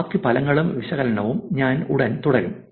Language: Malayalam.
ബാക്കി ഫലങ്ങളും വിശകലനവും ഞാൻ ഉടൻ തുടരും